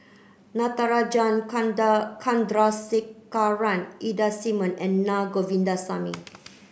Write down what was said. Natarajan Chandrasekaran Ida Simmons and Na Govindasamy